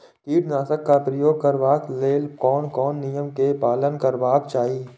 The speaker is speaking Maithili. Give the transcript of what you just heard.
कीटनाशक क प्रयोग करबाक लेल कोन कोन नियम के पालन करबाक चाही?